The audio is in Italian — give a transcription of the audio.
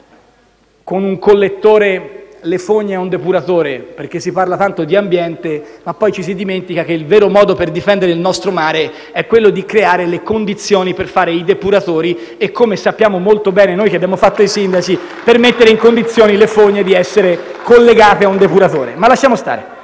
con un collettore le fogne a un depuratore. Infatti, si parla tanto di ambiente, ma poi ci si dimentica che il vero modo per difendere il nostro mare è quello di creare le condizioni per fare i depuratori e - come sappiamo molto bene noi che abbiamo fatto i sindaci - per mettere le fogne in condizione di essere collegate a un depuratore. *(Applausi dal